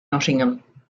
nottingham